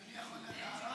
אדוני, אני יכול הערה?